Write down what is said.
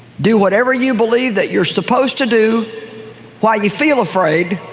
do whatever you believe that you're supposed to do while you feel afraid,